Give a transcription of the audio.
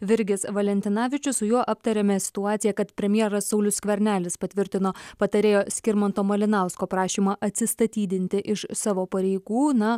virgis valentinavičius su juo aptariame situaciją kad premjeras saulius skvernelis patvirtino patarėjo skirmanto malinausko prašymą atsistatydinti iš savo pareigų na